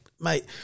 mate